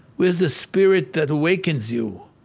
where's the spirit that awakens you?